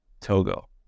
togo